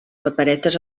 paperetes